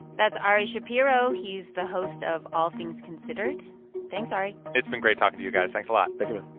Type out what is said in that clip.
that's ari shapiro. he's the host of all things considered thanks, ari it's been great talking to you guys. thanks a lot